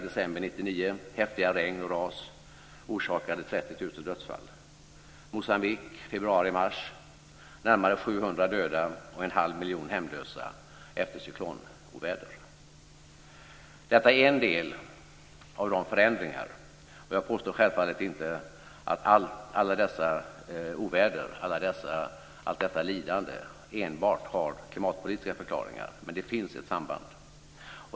Detta är en del av förändringarna. Jag påstår självfallet inte att alla dessa oväder, allt detta lidande, enbart har klimatpolitiska förklaringar, men det finns ett samband.